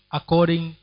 according